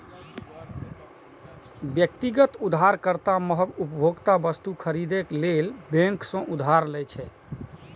व्यक्तिगत उधारकर्ता महग उपभोक्ता वस्तु खरीदै लेल बैंक सं उधार लै छै